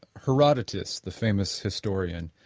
herodotus, the famous historian